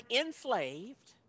enslaved